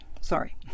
Sorry